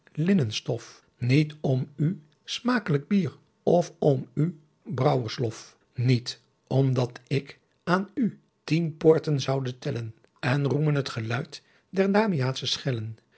u linnenstoff niet om u smaecklick bier oft om u brouwersloff adriaan loosjes pzn het leven van hillegonda buisman niet omdat ick aan u thien poorten soude tellen en roemen het geluyd der damiaetsche schellen